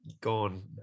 gone